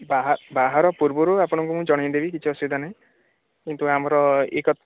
ବାହା ବାହାଘର ପୂର୍ବରୁ ମୁଁ ଆପଣଙ୍କୁ ଜଣେଇଦେବି କିଛି ଅସୁବିଧା ନାହିଁ କିନ୍ତୁ ଆମର ଏଇ